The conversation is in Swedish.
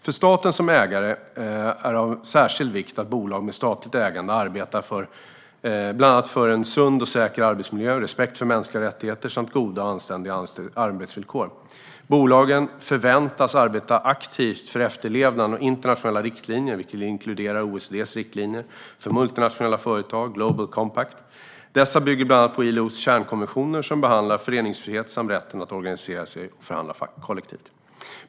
För staten som ägare är det av särskild vikt att bolag med statligt ägande arbetar bland annat för en sund och säker arbetsmiljö, respekt för mänskliga rättigheter samt goda och anständiga arbetsvillkor. Bolagen förväntas arbeta aktivt för efterlevnaden av internationella riktlinjer, vilket inkluderar OECD:s riktlinjer för multinationella företag och Global Compact. Dessa bygger bland annat på ILO:s kärnkonventioner, som behandlar föreningsfrihet samt rätten att organisera sig och förhandla kollektivt.